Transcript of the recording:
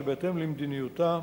שבהתאם למדיניותה,